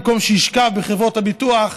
במקום שישכב בחברות הביטוח,